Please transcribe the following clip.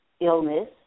illness